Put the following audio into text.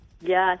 Yes